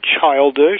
childish